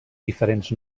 diferents